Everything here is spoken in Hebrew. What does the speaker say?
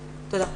תודה.